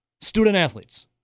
student-athletes